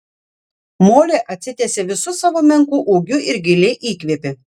molė atsitiesė visu savo menku ūgiu ir giliai įkvėpė